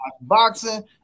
boxing